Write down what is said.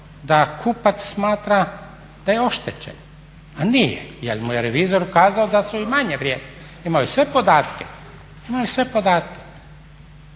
da kupac smatra da je oštećen, a nije, jer mu je revizor ukazao da su i manje vrijedili a imao je sve podatke. Da gospodo,